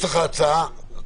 בחרדים,